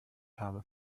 habe